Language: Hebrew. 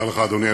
בבקשה, אדוני.